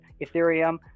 Ethereum